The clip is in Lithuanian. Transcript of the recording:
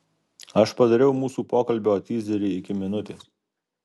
aš padariau mūsų pokalbio tyzerį iki minutės